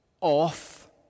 off